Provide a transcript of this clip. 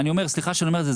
סליחה שאני אומר את זה,